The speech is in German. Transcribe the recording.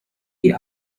die